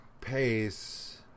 pace